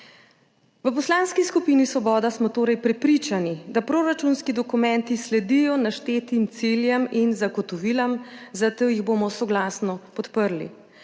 V Poslanski skupini Svoboda smo torej prepričani, da proračunski dokumenti sledijo naštetim ciljem in zagotovilom, zato jih bomo soglasno podprli.